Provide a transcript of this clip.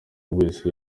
wese